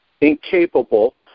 incapable